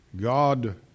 God